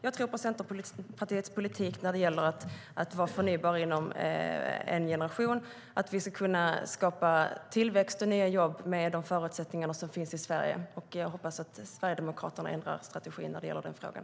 Jag tror på Centerpartiets politik när det gäller att nå målet förnybar energi inom en generation samt skapa tillväxt och nya jobb med hjälp av de förutsättningar som finns i Sverige. Jag hoppas att Sverigedemokraterna ändrar strategi när det gäller den frågan.